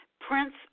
Prince